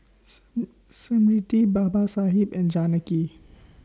Smriti Babasaheb and Janaki